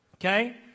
okay